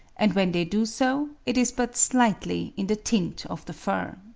and when they do so, it is but slightly in the tint of the fur.